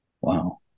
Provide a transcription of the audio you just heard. Wow